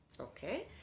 Okay